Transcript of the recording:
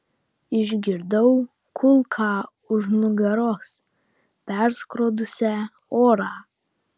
išgirdau kulką už nugaros perskrodusią orą